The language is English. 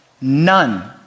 None